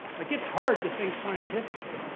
like, it's hard to think scientifically.